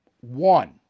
One